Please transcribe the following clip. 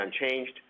unchanged